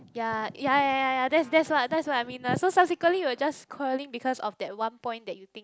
ya ya ya ya ya that's that's what that's what I mean ah so subsequently you will just quarreling because of that one point that you think